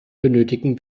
benötigen